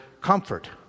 comfort